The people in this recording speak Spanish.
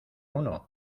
uno